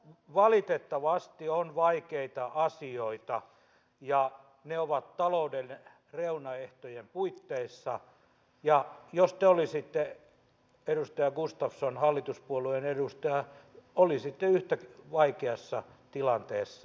valitettavasti on vaikeita asioita ja ne ovat talouden reunaehtojen puitteissa ja jos te olisitte edustaja gustafsson hallituspuolueen edustaja olisitte yhtä vaikeassa tilanteessa